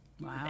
Wow